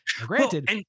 Granted